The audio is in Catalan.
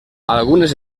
algunes